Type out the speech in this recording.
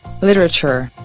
Literature